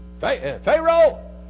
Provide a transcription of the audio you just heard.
Pharaoh